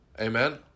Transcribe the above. Amen